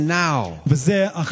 now